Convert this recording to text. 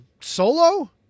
Solo